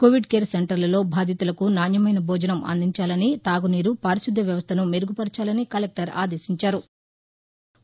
Covid care సెంటర్లలో భాదితులకు నాణ్యమైన భోజనం అందించాలని తాగునీరు పారిశు ద్ధ్య వ్యవస్థను మెరుగు పరచాలని కలెక్టర్ ఆదేశించారు